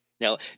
Now